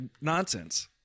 Nonsense